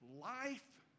Life